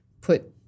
put